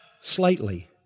slightly